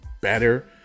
better